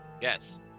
Yes